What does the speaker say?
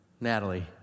Natalie